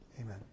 Amen